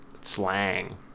slang